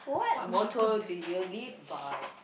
what motor do you